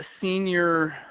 senior